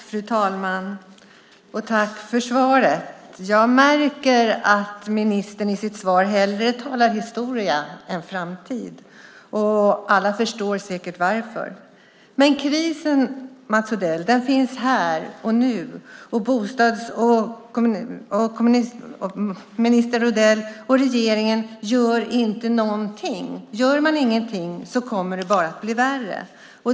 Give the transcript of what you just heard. Fru talman! Först vill jag tacka ministern för svaret. Jag märker att ministern i sitt svar hellre talar om historia än om framtid. Alla förstår säkert varför. Men krisen, Mats Odell, finns här och nu. Bostadsminister Odell och regeringen gör ändå ingenting. Men gör man ingenting kommer det bara att bli värre.